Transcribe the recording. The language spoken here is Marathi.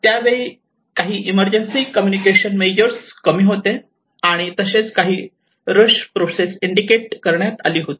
त्यावेळी काही इमर्जन्सी कम्युनिकेशन मेजर कमी होते तसेच काही रश प्रोसेस इंडिकेट करण्यात आली होती